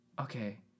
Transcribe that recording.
Okay